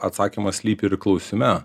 atsakymas slypi ir klausime